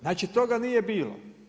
Znači toga nije bilo.